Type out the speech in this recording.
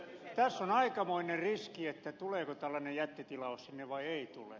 tässä on aikamoinen riski tuleeko tällainen jättitilaus sinne vai eikö tule